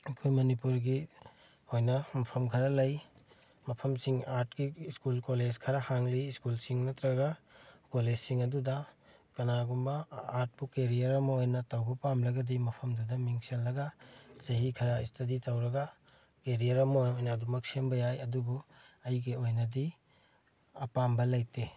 ꯑꯩꯈꯣꯏ ꯃꯅꯤꯄꯨꯔꯒꯤ ꯑꯣꯏꯅ ꯃꯐꯝ ꯈꯔ ꯂꯩ ꯃꯐꯝꯁꯤꯡ ꯑꯥꯔꯠꯀꯤ ꯁ꯭ꯀꯨꯜ ꯀꯣꯂꯦꯖ ꯈꯔ ꯍꯥꯡꯂꯤ ꯁ꯭ꯀꯨꯜꯁꯤꯡ ꯅꯠꯇ꯭ꯔꯒ ꯀꯣꯂꯦꯖꯁꯤꯡ ꯑꯗꯨꯗ ꯀꯅꯥꯒꯨꯝꯕ ꯑꯥꯔꯠꯄꯨ ꯀꯦꯔꯤꯌꯔ ꯑꯃ ꯑꯣꯏꯅ ꯇꯧꯕ ꯄꯥꯝꯂꯒꯗꯤ ꯃꯐꯝꯗꯨꯗ ꯃꯤꯡ ꯆꯜꯂꯒ ꯆꯍꯤ ꯈꯔ ꯏꯁꯇꯗꯤ ꯇꯧꯔꯒ ꯀꯦꯔꯤꯌꯔ ꯑꯃ ꯑꯣꯏꯅ ꯑꯗꯨꯃꯛ ꯁꯦꯝꯕ ꯌꯥꯏ ꯑꯗꯨꯕꯨ ꯑꯩꯒꯤ ꯑꯣꯏꯅꯗꯤ ꯑꯄꯥꯝꯕ ꯂꯩꯇꯦ